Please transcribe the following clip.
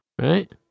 Right